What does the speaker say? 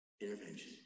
Intervention